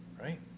right